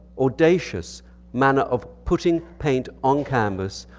audacious manner of putting paint on canvas,